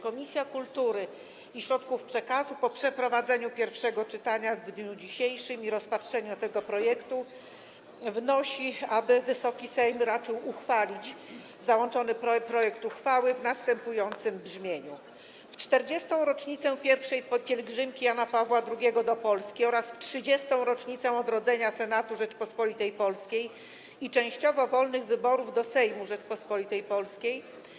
Komisja Kultury i Środków Przekazu po przeprowadzeniu pierwszego czytania w dniu dzisiejszym i rozpatrzeniu tego projektu wnosi, aby Wysoki Sejm raczył uchwalić załączony projekt uchwały w następującym brzmieniu: [[Zebrani wstają]] „Uchwała Sejmu Rzeczypospolitej Polskiej w 40. rocznicę I pielgrzymki Jana Pawła II do Polski oraz w 30. rocznicę odrodzenia Senatu Rzeczypospolitej Polskiej i częściowo wolnych wyborów do Sejmu Rzeczypospolitej Polskiej.